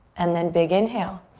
and then big inhale.